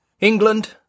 England